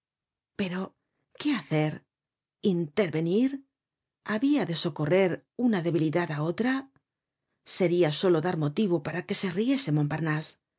pero qué hacer intervenir habia de socorrer una debilidad á otra seria solo dar motivo para que se riese montparnase